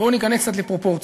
בואו ניכנס קצת לפרופורציה.